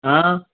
हाँ